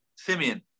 Simeon